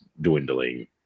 dwindling